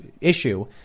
issue